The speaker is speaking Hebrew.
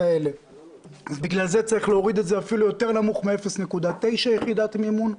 לכן צריך להוריד את זה אפילו יותר נמוך מ-0.9 יחידת מימון,